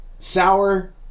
sour